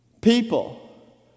People